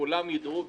כולם יידעו,